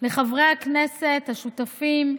לחברי הכנסת השותפים,